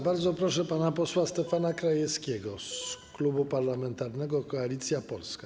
Bardzo proszę pana posła Stefana Krajewskiego z Klubu Parlamentarnego Koalicja Polska.